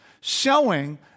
showing